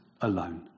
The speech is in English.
alone